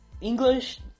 English